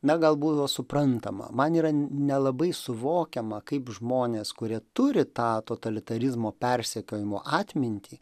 na gal būdavo suprantama man yra nelabai suvokiama kaip žmonės kurie turi tą totalitarizmo persekiojimo atmintį